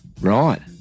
Right